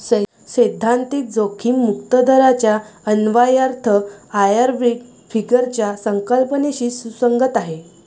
सैद्धांतिक जोखीम मुक्त दराचा अन्वयार्थ आयर्विंग फिशरच्या संकल्पनेशी सुसंगत आहे